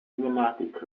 cinematic